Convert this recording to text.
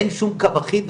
אין שום קו אחיד,